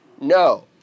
No